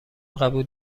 قبول